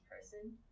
person